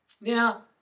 Now